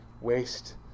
waste